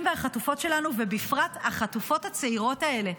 והחטופות שלנו ובפרט החטופות הצעירות האלה,